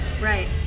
Right